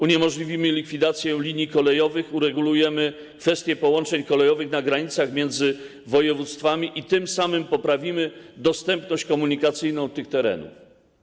Uniemożliwimy likwidację linii kolejowych, uregulujemy kwestię połączeń kolejowych na granicach między województwami i tym samym poprawimy dostępność komunikacyjną tych terenów.